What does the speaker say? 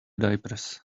diapers